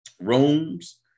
rooms